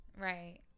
Right